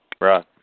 right